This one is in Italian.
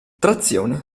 trazione